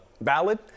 valid